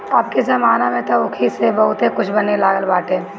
अबके जमाना में तअ ऊखी से बहुते कुछ बने लागल बाटे